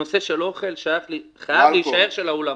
שנושא של אוכל חייב להישאר של האולמות.